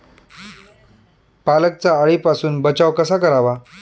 पालकचा अळीपासून बचाव कसा करावा?